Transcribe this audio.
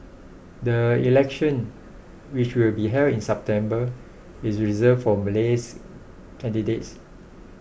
the election which will be held in September is reserved for Malays candidates